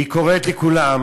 היא קוראת לכולם: